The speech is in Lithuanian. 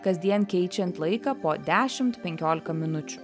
kasdien keičiant laiką po dešimt penkiolika minučių